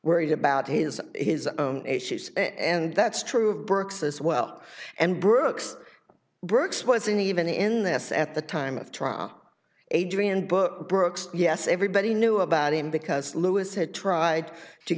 worried about his his own issues and that's true of burke's as well and brooks burke's wasn't even in this at the time of trial adrian book brooks yes everybody knew about him because lewis had tried to